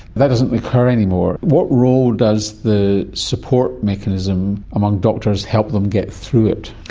that doesn't occur anymore. what role does the support mechanism among doctors help them get through it?